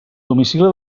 domicili